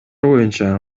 боюнча